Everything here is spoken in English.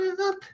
up